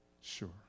Sure